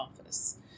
office